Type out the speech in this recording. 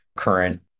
current